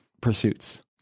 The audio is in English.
pursuits